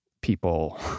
people